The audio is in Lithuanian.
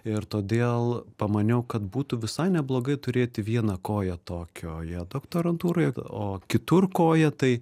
ir todėl pamaniau kad būtų visai neblogai turėti vieną koją tokioje doktorantūroje o kitur koją tai